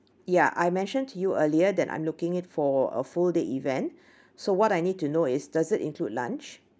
ya I mentioned to you earlier that I'm looking it for a full day event so what I need to know is does it include lunch